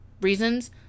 reasons